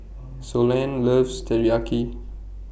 Sloane loves Teriyaki